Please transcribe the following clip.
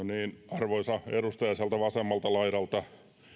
arvoisa edustaja sieltä vasemmalta laidalta